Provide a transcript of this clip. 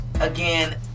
again